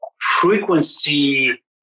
frequency